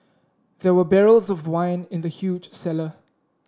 there were barrels of wine in the huge cellar